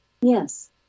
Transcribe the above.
Yes